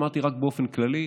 אמרתי רק באופן כללי.